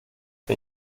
der